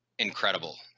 incredible